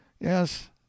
Yes